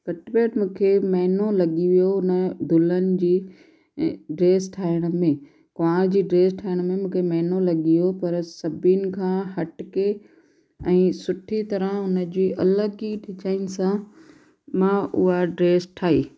घटि में घटि मूंखे महीनो लॻी वियो उन दुल्हन जी ड्रेस ठाहिण में कुंवारि जी ड्रेस ठाहिण में मूंखे महीनो लॻी वियो पर सभिनि खां हटके ऐं सुठी तरह उन जी अलॻि ई डिजाइन सां मां उहा ड्रेस ठाही